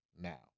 now